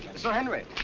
sir henry,